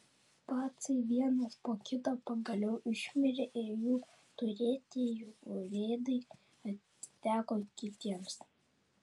pacai vienas po kito pagaliau išmirė ir jų turėtieji urėdai atiteko kitiems